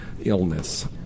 illness